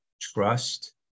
trust